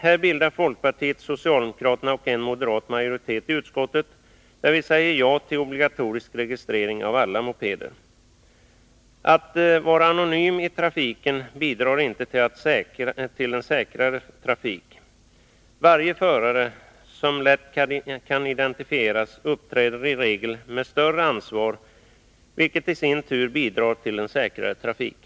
Här bildar folkpartiet, socialdemokraterna och en moderat ledamotmajoritet i utskottet — vi säger ja till obligatorisk registrering av mopeder. Att vara anonym i trafiken bidrar inte till en säkrare trafik. En förare som lätt kan identifieras uppträder i regel med större ansvar, vilket i sin tur bidrar till en säkrare trafik.